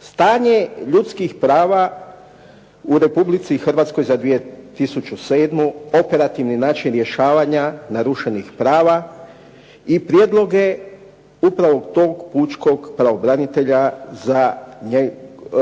Stanje ljudskih prava u Republici Hrvatskoj za 2007. operativni način rješavanja narušenih prava i prijedloge upravo tog pučkog pravobranitelja